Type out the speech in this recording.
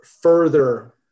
further